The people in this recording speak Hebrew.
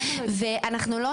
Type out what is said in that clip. ואנחנו,